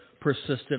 persistent